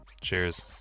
Cheers